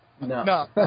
No